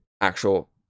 actual